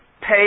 Pay